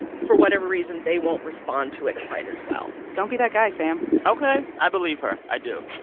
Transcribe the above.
for whatever reason, they won't respond to it quite as well don't be that guy, sam ok. i believe her. i do.